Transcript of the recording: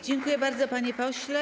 Dziękuję bardzo, panie pośle.